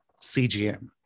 CGM